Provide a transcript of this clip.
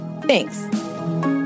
Thanks